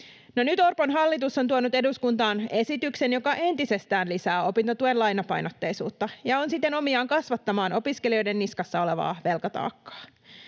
Nyt Orpon hallitus on tuonut eduskuntaan esityksen, joka entisestään lisää opintotuen lainapainotteisuutta ja on siten omiaan kasvattamaan opiskelijoiden niskassa olevaa velkataakkaa.